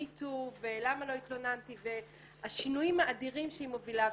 Me too ו"למה לא התלוננתי" והשינויים האדירים שהיא מובילה.